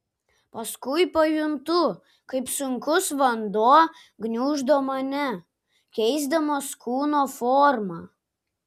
paskui pajuntu kaip sunkus vanduo gniuždo mane keisdamas kūno formą